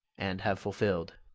and have fulfilled.